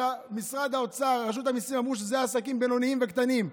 שמשרד האוצר ורשות המיסים אמרו שזה לעסקים בינוניים וקטנים,